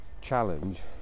challenge